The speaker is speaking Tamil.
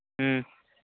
ம்